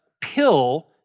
pill